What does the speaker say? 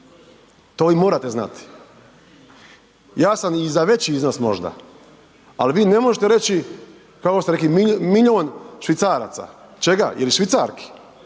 to i morate znati. Ja sam i za veći iznos možda, ali vi ne možete reći kao ste rekli, milijon švicaraca, čega, je li Švicarki,